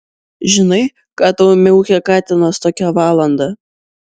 žinai ką tau miaukia katinas tokią valandą